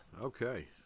okay